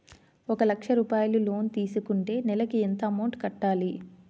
ఒక లక్ష రూపాయిలు లోన్ తీసుకుంటే నెలకి ఎంత అమౌంట్ కట్టాలి?